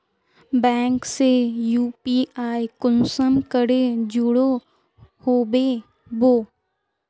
Bank से UPI कुंसम करे जुड़ो होबे बो?